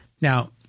Now